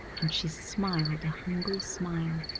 and she smiled a hungry smile.